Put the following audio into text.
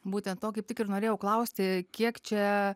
būtent to kaip tik ir norėjau klausti kiek čia